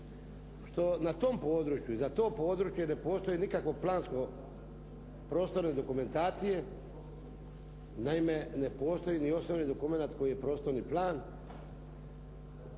što na tom području i za to područje ne postoji nikakve plansko-prostorne dokumentacije. Naime, ne postoji ni osnovni dokumenat koji je prostorni plan